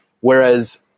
whereas